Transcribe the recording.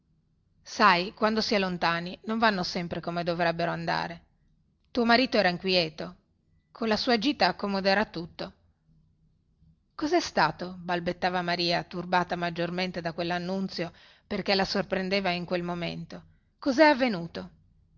sai quando si è lontani non vanno sempre come dovrebbero andare tuo marito era inquieto colla sua gita accomoderà tutto cosè stato balbettava maria turbata maggiormente da quellannunzio perchè la sorprendeva in quel momento cosè avvenuto